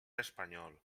espanyol